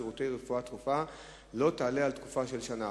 שירותי רפואה דחופה לא תעלה על תקופה של שנה.